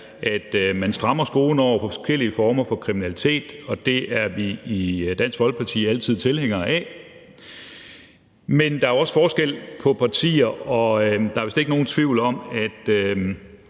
at man strammer skruen over for forskellige former for kriminalitet, og det er vi i Dansk Folkeparti altid tilhængere af. Men der er jo også forskel på partier, og der er vist ikke nogen tvivl om, at